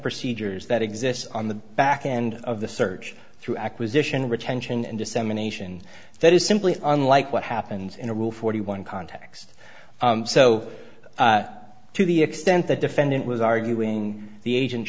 procedures that exists on the back end of the search through acquisition retention and dissemination that is simply unlike what happens in a rule forty one context so to the extent that defendant was arguing the agent